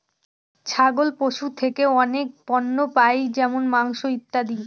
ছাগল পশু থেকে অনেক পণ্য পাই যেমন মাংস, ইত্যাদি